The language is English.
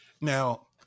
now